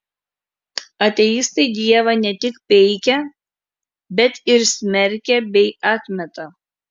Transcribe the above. ateistai dievą ne tik peikia bet ir smerkia bei atmeta